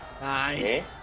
Nice